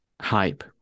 hype